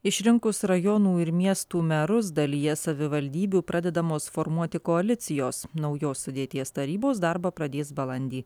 išrinkus rajonų ir miestų merus dalyje savivaldybių pradedamos formuoti koalicijos naujos sudėties tarybos darbą pradės balandį